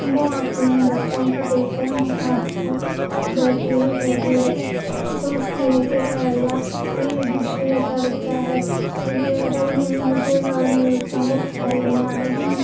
وہ اپنے بچوں کو دیکھ کر وہاں بیٹھی ہوئی رہتی ہے وہ سوچتی ہے کہ اے اللّہ یہ شیر کا بچہ ہے یہ اگر میں مجھے اور میرے بچّوں کو کھائیں گا لیکن